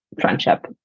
friendship